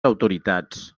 autoritats